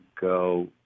go